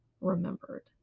remembered